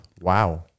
Wow